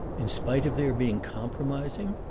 in spite of their being compromising?